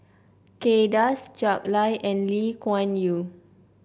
Kay Das Jack Lai and Lee Kuan Yew